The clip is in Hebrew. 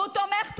הוא תומך טרור.